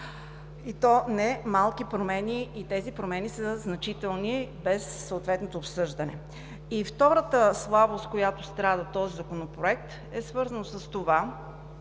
И то не малки промени. Тези промени са значителни, без съответното обсъждане. И втората слабост, от която страда този Законопроект, е свързана с това,